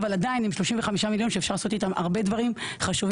אבל עדיין הם 35 מיליון שאפשר לעשות איתם הרבה דברים חשובים